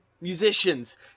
Musicians